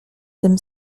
tym